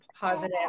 positive